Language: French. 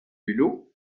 vélo